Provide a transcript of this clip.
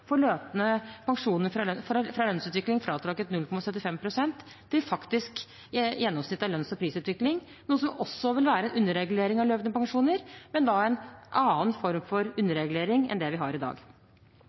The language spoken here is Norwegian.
for løpende pensjoner fra lønnsutvikling fratrukket 0,75 pst. til faktisk gjennomsnitt av lønns- og prisutvikling, noe som også vil være en underregulering av løpende pensjoner, men da en annen form for